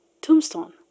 tombstone